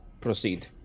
proceed